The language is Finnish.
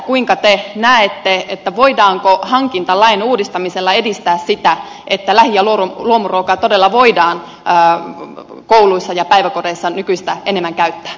kuinka te näette voidaanko hankintalain uudistamisella edistää sitä että lähi ja luomuruokaa todella voidaan kouluissa ja päiväkodeissa nykyistä enemmän käyttää